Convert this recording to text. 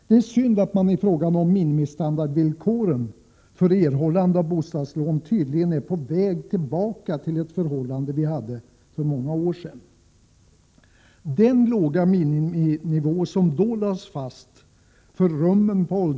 Det är synd att man i fråga om minimistandardvillkoren för erhållande av bostadslån tydligen är på väg tillbaka till ett förhållande vi hade för många år sedan. Den låga miniminivå som då lades fast för rummen på — Prot.